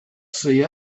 see